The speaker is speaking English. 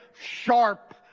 sharp